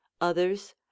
others